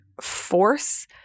force